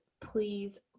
please